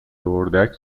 اردک